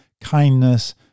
kindness